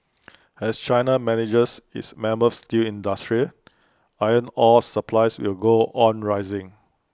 as China manages its mammoth steel industry iron ore supplies will go on rising